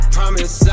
Promise